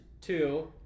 Two